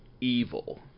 evil